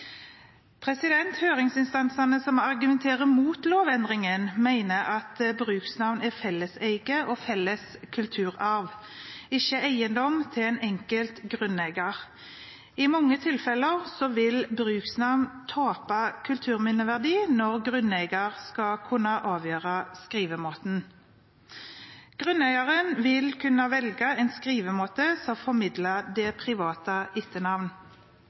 vektlegges. Høringsinstansene som argumenterer mot lovendringen, mener at bruksnavn er felleseie og felles kulturarv, ikke eiendom til en enkelt grunneier. I mange tilfeller vil bruksnavn tape kulturminneverdi når grunneier skal kunne avgjøre skrivemåten. Grunneieren vil kunne velge en skrivemåte som formidler det private etternavn.